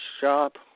shop